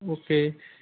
okay